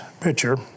pitcher